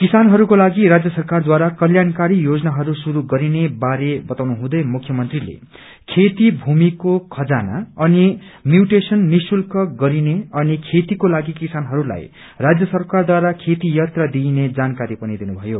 किसानहरूकोलागि राज्य सरकारद्वारा कल्याणकारी योजनाहरू शुरू गरिने बारे बताउनु हुँदै मुख्यमन्त्रीले भन्नुभयो कि खेती भूमिको खजाना अनि म्यूदेशन निशुल्क गरिने अनि खेतीकोलागि किसानहरूलाई राज्य सरकारद्वारा खेती यत्र दिइने जानकारी पनि दिनु भयो